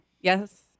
yes